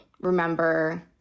remember